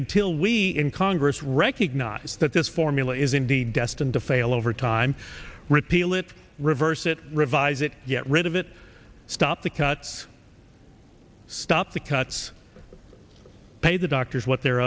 until we in congress recognize that this formula is indeed destined to fail over time repeal it reverse it revise it yet rid of it stop the cuts stop the cuts pay the doctors what they're